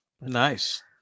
Nice